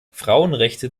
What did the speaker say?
frauenrechte